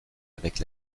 avec